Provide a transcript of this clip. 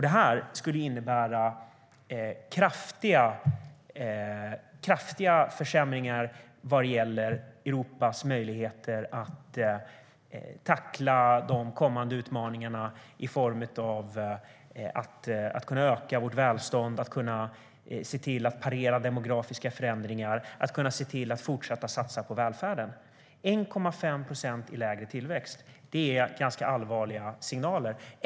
Detta skulle innebära kraftiga försämringar vad gäller Europas möjligheter att tackla de kommande utmaningarna i form av att kunna öka vårt välstånd, att kunna se till att parera demografiska förändringar och att kunna se till att fortsätta satsa på välfärden. 1,5 procent i lägre tillväxt är ganska allvarliga signaler.